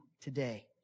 today